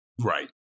right